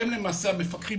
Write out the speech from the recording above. שהם למעשה המפקחים,